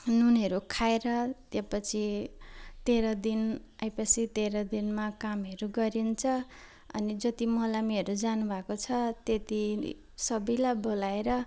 नुनहरू खाएर त्यहाँ पछि तेह्र दिन आए पछि तेह्र दिनमा कामहरू गरिन्छ अनि जति मलामीहरू जानु भएको छ त्यति सबलाई बोलाएर